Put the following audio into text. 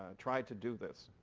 tried to do this,